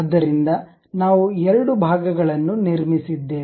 ಆದ್ದರಿಂದ ನಾವು ಎರಡು ಭಾಗಗಳನ್ನು ನಿರ್ಮಿಸಿದ್ದೇವೆ